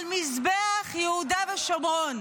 על מזבח יהודה ושומרון.